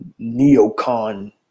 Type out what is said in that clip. neocon